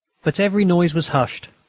but every noise was hushed.